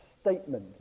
statement